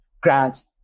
grants